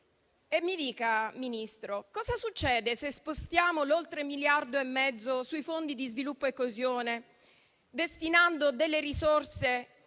E mi dica, signor Ministro, cosa succede se spostiamo l'oltre miliardo e mezzo sui fondi di sviluppo e coesione, destinando delle risorse